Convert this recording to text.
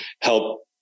help